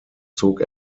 zog